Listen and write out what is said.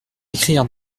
écrire